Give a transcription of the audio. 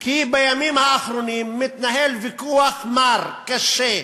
כי בימים האחרונים מתנהל ויכוח מר, קשה,